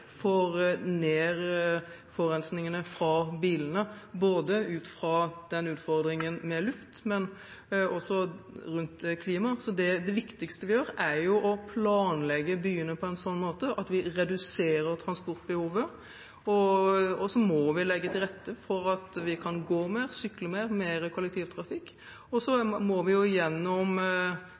ned forurensningen fra bilene, både på grunn av utfordringen med luft og på grunn av klima. Det viktigste vi gjør, er å planlegge byene på en sånn måte at vi reduserer transportbehovet. Så må vi legge til rette for at vi kan gå mer, sykle mer, og mer kollektivtrafikk. Og så må vi gjennom